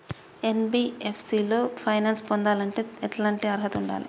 NBFC లో finance పొందాలంటే ఎట్లాంటి అర్హత ఉండాలే?